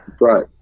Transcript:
Right